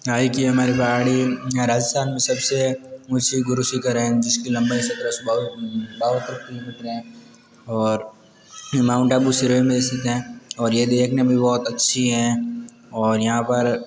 आई की हमारी पहाड़ी राजस्थान सबसे ऊँची गुरुशी का रेंज जिसकी लम्बाई सत्तरा सौ बावन बावन पर किलोमीटर है और माउंट आबू सिरोही में स्थित है और ये देखने में भी बहुत अच्छी है और यहाँ पर